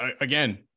again